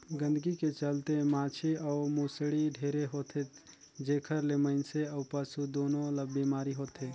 गंदगी के चलते माछी अउ भुसड़ी ढेरे होथे, जेखर ले मइनसे अउ पसु दूनों ल बेमारी होथे